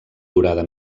durada